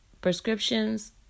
prescriptions